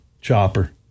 chopper